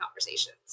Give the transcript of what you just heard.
conversations